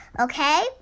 Okay